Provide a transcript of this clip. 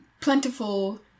Plentiful